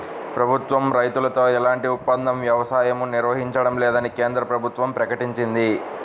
ప్రభుత్వం రైతులతో ఎలాంటి ఒప్పంద వ్యవసాయమూ నిర్వహించడం లేదని కేంద్ర ప్రభుత్వం ప్రకటించింది